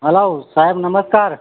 hello સાહેબ નમસ્કાર